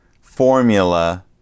formula